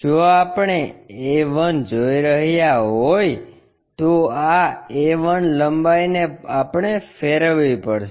જો આપણે a 1 જોઈ રહ્યા હોય તો આ a 1 લંબાઈને આપણે ફેરવવી પડશે